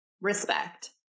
respect